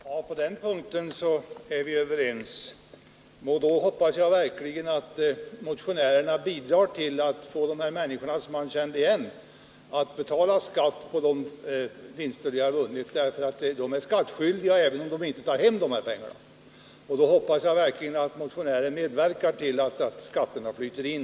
Herr talman! På den punkten är vi överens, och jag hoppas att motionären bidrar till att få de människor som han i detta sammanhang känner till att betala skatt på de pengar de vunnit. De är nämligen skattskyldiga även om de inte tar hem dessa pengar, och jag hoppas som sagt att motionären medverkar till att skatterna på dem flyter in.